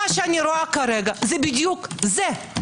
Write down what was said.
מה שאני רואה כרגע זה בדיוק זה.